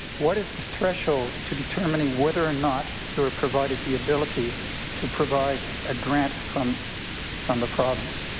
what is the threshold to determining whether or not you are provided the ability to provide a grant from from the province?